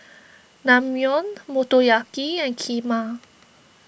Naengmyeon Motoyaki and Kheema